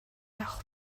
авах